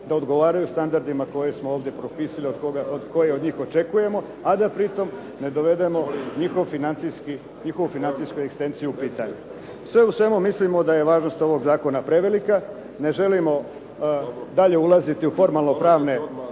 da odgovaraju standardima koje smo ovdje propisali koje od njih očekujemo, a da pri tome ne dovedemo njihovu financijsku ekstenciju u pitanje. Sve u svemu, mislimo da je važnost ovog zakona prevelika, ne želimo dalje ulaziti u formalno prave